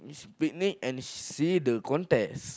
this picnic and see the contest